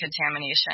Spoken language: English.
contamination